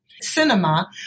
Cinema